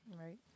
Right